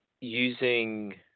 using